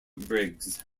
briggs